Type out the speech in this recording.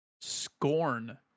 Scorn